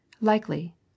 Likely